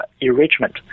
enrichment